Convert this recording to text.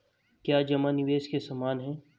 क्या जमा निवेश के समान है?